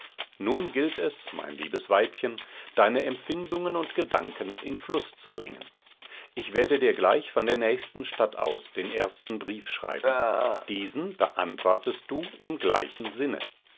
nun gilt es mein liebes weibchen deine empfindungen und gedanken in fluß zu bringen ich werde dir gleich von der nächsten stadt aus den ersten brief schreiben diesen beantwortest du im gleichen sinne